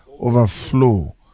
overflow